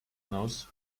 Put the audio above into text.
knows